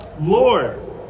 Lord